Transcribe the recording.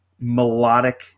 melodic